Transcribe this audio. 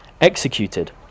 executed